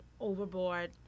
overboard